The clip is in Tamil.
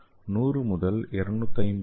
100 முதல் 250 என்